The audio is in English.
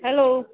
hello